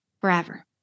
forever